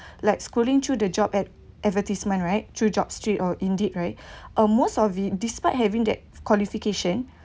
like scrolling through the job ad~ advertisement right through Jobstreet or indeed right um most of it despite having that qualification